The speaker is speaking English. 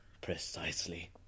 Precisely